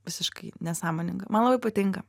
visiškai nesąmoninga man labai patinka